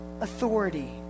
authority